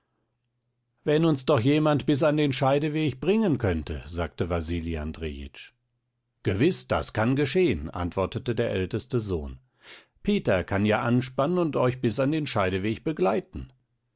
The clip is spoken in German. wenn uns doch jemand bis an den scheideweg bringen könnte sagte wasili andrejitsch gewiß das kann geschehen antwortete der älteste sohn peter kann ja anspannen und euch bis an den scheideweg begleiten